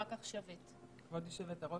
עירית סמילנסקי כבוד היושבת-ראש,